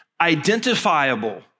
identifiable